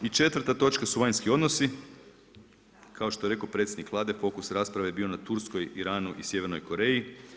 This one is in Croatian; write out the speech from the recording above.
I 4. točka su vanjski odnosi, kao što je rekao predsjednik Vlade fokus rasprave je bio na Turskoj, Iranu i Sjevernoj Koreji.